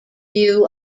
view